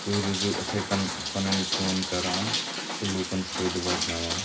تُہۍ روٗزیو یِتھٔے کٔنۍ پَنٕنۍ کٲم کران تہٕ لوٗکَن فٲیدٕ واتناوان